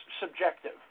subjective